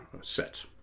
set